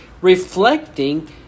reflecting